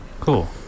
cool